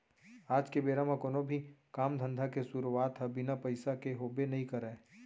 आज के बेरा म कोनो भी काम धंधा के सुरूवात ह बिना पइसा के होबे नइ करय